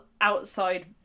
outside